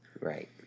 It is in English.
Right